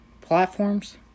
platforms